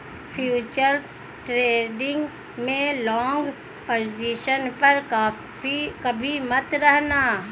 futures trading में long position पर कभी मत रहना